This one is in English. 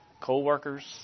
co-workers